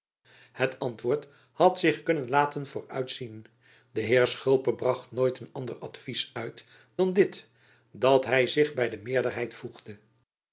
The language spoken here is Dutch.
het antwoord had zich kunnen laten vooruitzien de heer schulper bracht nooit een ander advys uit dan dit dat hy zich by de meerderheid voegde